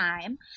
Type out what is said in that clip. time